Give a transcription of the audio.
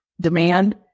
demand